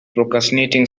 procrastinating